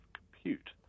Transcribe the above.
compute